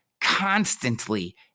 constantly